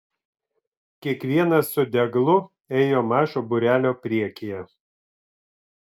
kiekvienas su deglu ėjo mažo būrelio priekyje